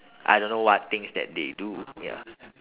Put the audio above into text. I don't know what things that they do ya